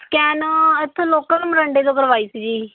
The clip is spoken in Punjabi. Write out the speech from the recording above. ਸਕੈਨ ਇੱਥੋਂ ਲੋਕਲ ਮੋਰਿੰਡੇ ਤੋਂ ਕਰਵਾਈ ਸੀ ਜੀ